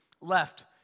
left